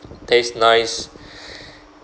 taste nice